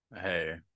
Hey